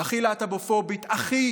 הכי להט"בופובית, הכי